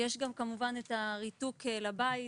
יש גם כמובן את הריתוק לבית,